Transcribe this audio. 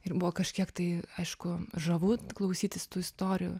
ir buvo kažkiek tai aišku žavu klausytis tų istorijų